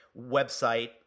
Website